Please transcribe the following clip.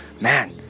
man